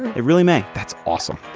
it really man. that's awesome.